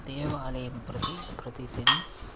देवालयं प्रति प्रतिदिनं